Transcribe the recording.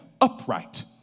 upright